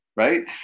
Right